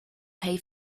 pay